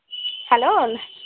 hello